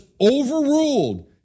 overruled